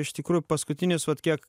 iš tikrųjų paskutinius vat kiek